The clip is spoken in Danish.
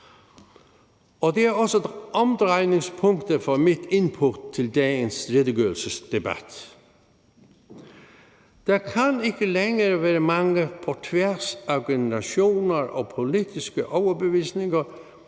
Det er også omdrejningspunktet for mit input til dagens redegørelsesdebat. Der kan ikke længere være mange, på tværs af organisationer og forskellige politiske overbevisninger,